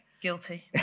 Guilty